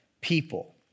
people